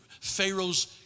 Pharaoh's